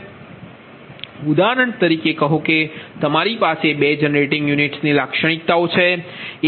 slide ટાઇમનો સંદર્ભ લો 1855 ઉદાહરણ તરીકે કહો કે તમારી પાસે 2 જનરેટિંગ યુનિટ્સની લાક્ષણિકતા છે